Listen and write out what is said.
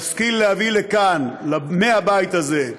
נשכיל להביא לכאן, מהבית הזה,